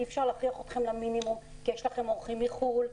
אי-אפשר להכריח אתכם למינימום כי יש לכם עכשיו אורחים מחו"ל,